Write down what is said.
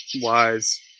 wise